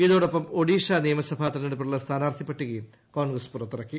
ഇതോടൊപ്പം ഒഡീഷ നിയമസഭാ തിരഞ്ഞെടുപ്പിനുളള സ്ഥാനാർത്ഥി പട്ടികയും കോൺഗ്രസ് പുറത്തിറക്കി